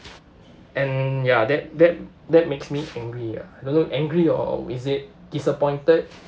and ya that that that makes me angry ah don't know angry or is it disappointed